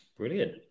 Brilliant